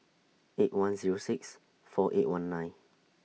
eight one Zero six four eight one nine